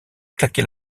claquer